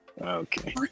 okay